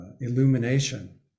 illumination